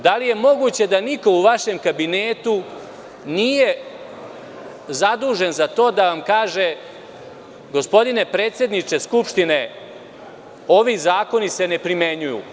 Da li je moguće da niko u vašem kabinetu nije zadužen za to da vam kaže – gospodine predsedniče Skupštine, ovi zakoni se ne primenjuju.